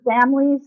families